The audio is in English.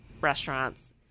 restaurants